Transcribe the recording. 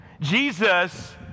Jesus